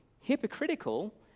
hypocritical